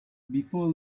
before